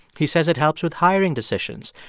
he says it helps with hiring decisions.